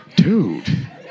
Dude